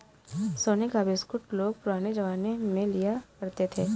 सोने का बिस्कुट लोग पुराने जमाने में लिया करते थे